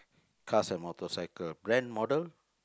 cars and motorcycle brand model